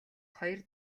хоёр